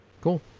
Cool